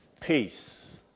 Peace